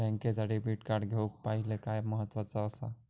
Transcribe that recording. बँकेचा debit card घेउक पाहिले काय महत्वाचा असा?